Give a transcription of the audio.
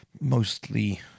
mostly